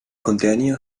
contenido